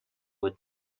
would